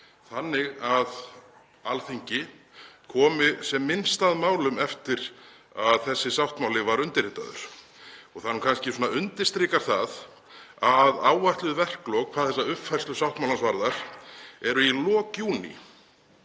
þannig að Alþingi komi sem minnst að málum eftir að þessi sáttmáli var undirritaður. Það undirstrikar kannski það að áætluð verklok hvað þessa uppfærslu sáttmálans varðar eru í lok júní.